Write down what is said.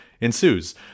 ensues